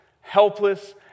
helpless